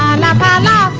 um nevada